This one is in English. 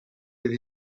with